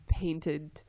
painted